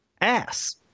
ass